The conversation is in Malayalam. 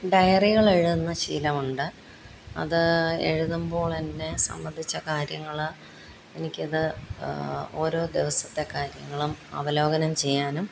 ഡയറികൾ എഴുതുന്ന ശീലമുണ്ട് അത് എഴുതുമ്പോളെന്നെ സംബന്ധിച്ച കാര്യങ്ങൾ എനിക്കത് ഓരോ ദിവസത്തെ കാര്യങ്ങളും അവലോകനം ചെയ്യാനും